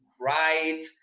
right